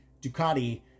Ducati